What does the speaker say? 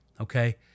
Okay